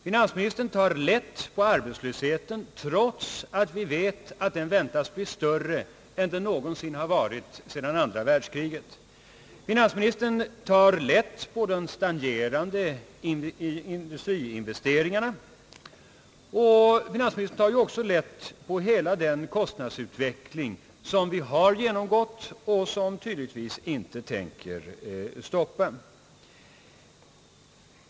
Han tar lätt på arbetslösheten, trots att vi vet att den väntas bli större än den någonsin har varit sedan andra världskriget. Finansministern tar lätt på de stagnerande industriinvesteringarna och även på hela den kostnadsutveckling, som vi har genomgått och som man tydligtvis inte tänker stoppa.